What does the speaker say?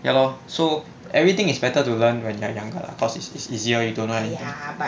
ya lor so everything is better to learn when you're younger lah cause it's it's easier you don't know anything